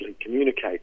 communicate